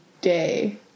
day